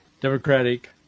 Democratic